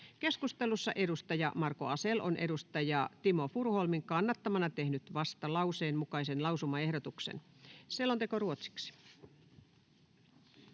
Keskustelussa edustaja Marko Asell on edustaja Timo Furuholmin kannattamana tehnyt vastalauseen mukaisen lausumaehdotuksen. — Selonteko ruotsiksi.